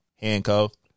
handcuffed